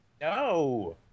No